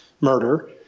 murder